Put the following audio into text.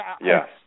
Yes